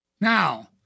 Now